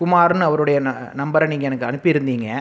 குமார்னு அவருடைய ந நம்பரை நீங்கள் எனக்கு அனுப்பிருந்தீங்க